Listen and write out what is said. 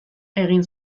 egin